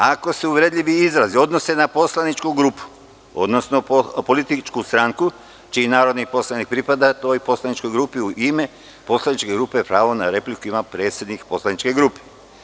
Ako se uvredljivi izrazi odnose na poslaničku grupu, odnosno političku stranku, a narodni poslanik pripada toj poslaničkoj grupi, u ime poslaničke grupe pravo na repliku ima predsednik poslaničke grupe.